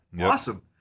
awesome